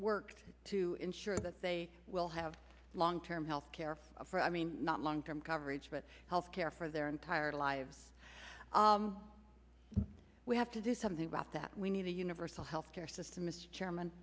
worked to ensure that they will have long term health care for i mean not long term coverage but health care for their entire lives we have to do something about that we need a universal health care system mr chairman